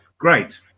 Great